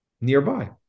nearby